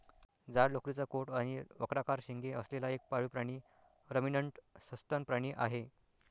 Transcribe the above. जाड लोकरीचा कोट आणि वक्राकार शिंगे असलेला एक पाळीव प्राणी रमिनंट सस्तन प्राणी आहे